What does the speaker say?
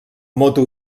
moto